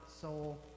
soul